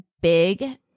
big